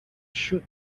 shoot